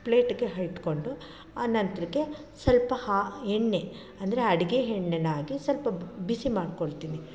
ಪ್ಲೇಟಿಗೆ ಇಟ್ಕೊಂಡು ಆ ನಂತರಕ್ಕೆ ಸ್ವಲ್ಪ ಆ ಎಣ್ಣೆ ಅಂದರೆ ಅಡುಗೆ ಎಣ್ಣೆನ ಹಾಕಿ ಸ್ವಲ್ಪ ಬಿಸಿ ಮಾಡ್ಕೊಳ್ತೀನಿ